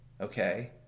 Okay